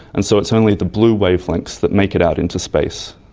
and so it's only the blue wavelengths that make it out into space.